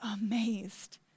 amazed